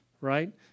right